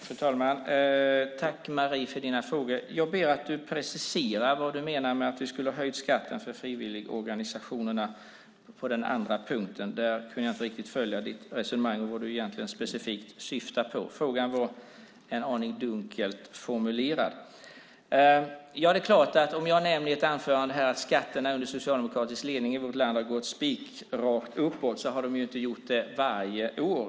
Fru talman! Tack, Marie, för dina frågor! Jag ber dig precisera vad du menar på den andra punkten med att vi skulle ha höjt skatten för frivilligorganisationerna. Där kunde jag inte riktigt följa ditt resonemang och vad du egentligen specifikt syftar på. Frågan var en aning dunkelt formulerad. Om jag nämner i ett anförande här att skatterna under socialdemokratisk ledning i vårt land har gått spikrakt uppåt menar jag förstås inte att de har gjort det varje år.